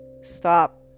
stop